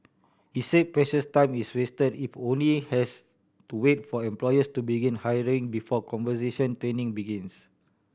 he said precious time is wasted if has to wait for employers to begin hiring before conversion training begins